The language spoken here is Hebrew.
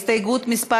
הסתייגות מס'